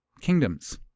kingdoms